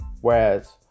Whereas